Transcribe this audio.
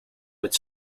with